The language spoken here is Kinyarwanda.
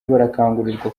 barakangurirwa